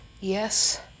Yes